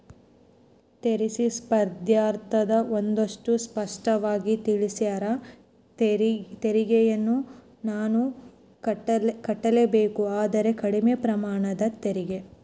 ತೆರಿಗೆ ಸ್ಪರ್ದ್ಯಗ ಒಂದಷ್ಟು ಸ್ಪಷ್ಟವಾಗಿ ತಿಳಿಸ್ಯಾರ, ತೆರಿಗೆಯನ್ನು ಕಟ್ಟಲೇಬೇಕು ಆದರೆ ಕಡಿಮೆ ಪ್ರಮಾಣದ ತೆರಿಗೆ